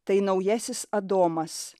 tai naujasis adomas